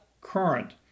current